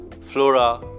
flora